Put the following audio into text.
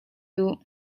duh